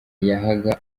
yahaga